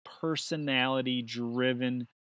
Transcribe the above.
personality-driven